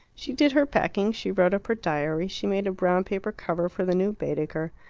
she did her packing, she wrote up her diary, she made a brown paper cover for the new baedeker.